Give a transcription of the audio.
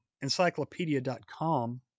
encyclopedia.com